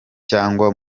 cyangwa